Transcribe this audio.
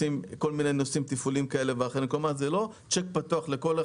הסעיף הזה נעדרה האפשרות של ערעור על ההחלטות של המפקח,